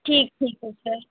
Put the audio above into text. ठीक ठीक है सर